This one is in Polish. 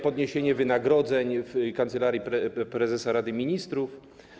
podniesienie wynagrodzeń w Kancelarii Prezesa Rady Ministrów.